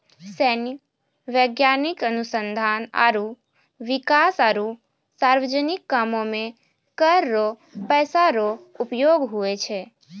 सैन्य, वैज्ञानिक अनुसंधान आरो बिकास आरो सार्वजनिक कामो मे कर रो पैसा रो उपयोग हुवै छै